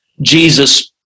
Jesus